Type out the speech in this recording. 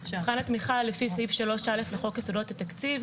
התמיכה לפי סעיף 3א לחוק יסודות התקציב